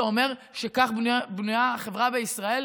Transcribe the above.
זה אומר שכך בנויה החברה בישראל?